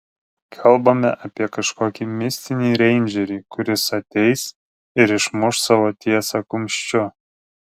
kalbame apie kažkokį mistinį reindžerį kuris ateis ir išmuš savo tiesą kumščiu